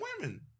women